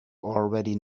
already